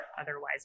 otherwise